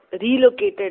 relocated